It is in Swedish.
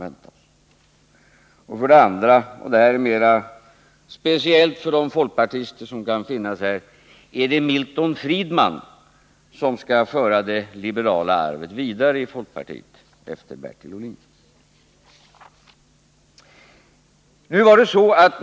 För det andra vill jag fråga — och jag vänder mig då speciellt till folkpartisterna här i kammaren: Är det Milton Friedman som skall föra det liberala arvet vidare i folkpartiet efter Bertil Ohlin?